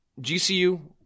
GCU